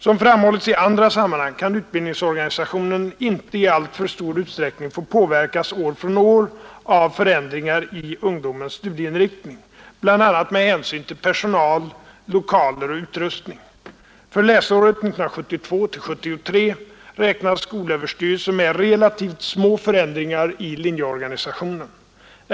Som framhallits i andra sammanhang kan utbildningsorganisationen inte i allför stor utsträckning få påverkas år från år av förändringar i ungdomens studieinriktning, bl.a. med hänsyn till personal, lokaler och utrustning. För läsåret 1972/73 räknar skolöverstyrelsen med relativt små förändringar i linjeorganisationen.